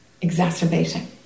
exacerbating